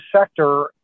sector